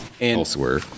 elsewhere